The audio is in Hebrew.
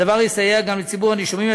הדבר יסייע גם לציבור הנישומים,